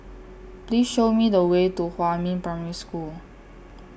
Please Show Me The Way to Huamin Primary School